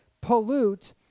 pollute